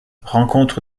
rencontre